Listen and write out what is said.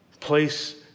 place